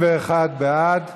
51 בעד,